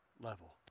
level